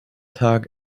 tag